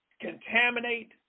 contaminate